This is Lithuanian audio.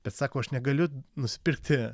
bet sako aš negaliu nusipirkti